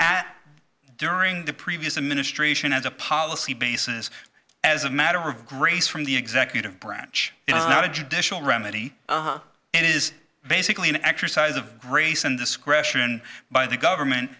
at during the previous administration as a policy basis as a matter of grace from the executive branch is not a judicial remedy it is basically an exercise of grace and discretion by the government